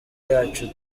yacu